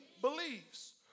believes